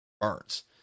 burns